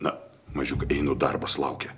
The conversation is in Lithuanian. na mažiuk einu darbas laukia